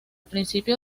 principio